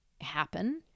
happen